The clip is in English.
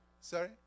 Sorry